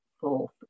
fourth